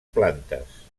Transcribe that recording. plantes